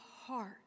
heart